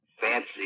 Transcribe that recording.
fancy